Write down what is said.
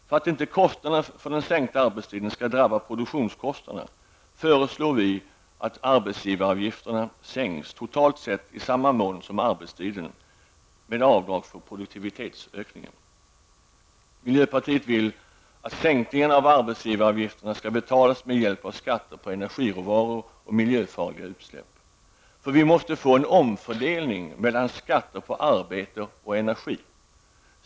För att kostnaderna för sänkningen av arbetstiden inte skall drabba produktionskostnaderna, föreslår vi att arbetsgivaravgifterna sänks totalt sett i samma mån som arbetstiden sänks, med avdrag för produktivitetsökningen. Miljöpartiet vill att sänkningarna av arbetsgivaravgifterna skall betalas med hjälp av skatter på energiråvaror och miljöfarliga utsläpp. Vi måste få en omfördelning mellan skatter på arbete och energi.